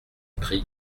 pris